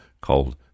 called